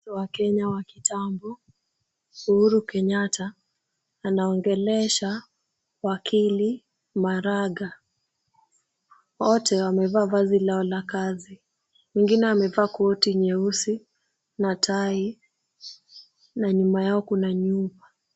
Rais wa Kenya wa kitambo Uhuru Kenyatta, anaongelesha wakili Maraga. Wote wamevaa vazi lao la kazi. Mwingine amevaa koti nyeusi na tai na nyuma yao kuna nyumba.